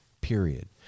period